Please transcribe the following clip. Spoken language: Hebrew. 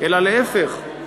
אלא להפך,